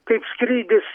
kaip skrydis